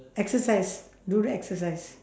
exercise do the exercise